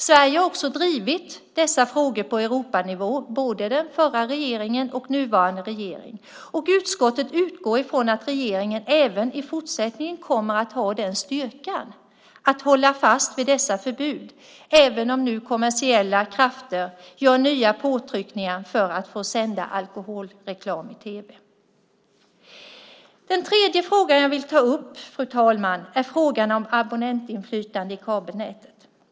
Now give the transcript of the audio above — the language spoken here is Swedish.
Sverige har också drivit dessa frågor på Europanivå, både den förra regeringen och nuvarande regering, och utskottet utgår från att regeringen även i fortsättningen kommer att ha styrkan att hålla fast vid dessa förbud även om kommersiella krafter nu gör nya påtryckningar för att få sända alkoholreklam i tv. Den tredje frågan jag vill ta upp, fru talman, är frågan om abonnentinflytande i kabelnäten.